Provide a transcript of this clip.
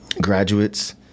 graduates